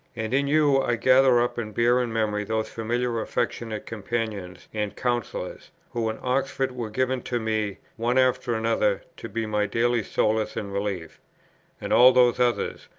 and in you i gather up and bear in memory those familiar affectionate companions and counsellors, who in oxford were given to me, one after another, to be my daily solace and relief and all those others,